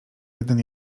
jeden